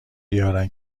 بیارن